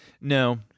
No